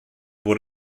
bod